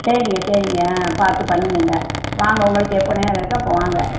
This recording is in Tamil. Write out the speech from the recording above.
சரிங்க சரிங்க ஆ பார்த்து பண்ணுங்கங்க வாங்க உங்களுக்கு எப்போது நேரம் இருக்கோ அப்போது வாங்க